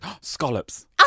scallops